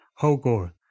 Hogor